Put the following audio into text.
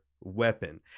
Weapon